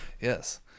Yes